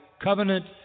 covenant